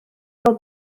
fel